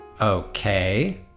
Okay